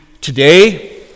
today